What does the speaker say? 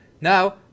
Now